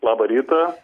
labą rytą